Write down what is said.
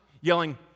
yelling